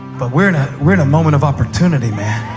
but we're in ah we're in a moment of opportunity.